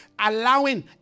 allowing